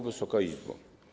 Wysoka Izbo!